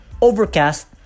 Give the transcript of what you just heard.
Overcast